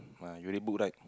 ah you read book right